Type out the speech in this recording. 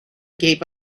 gave